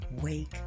Wake